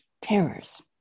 terrors